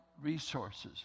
resources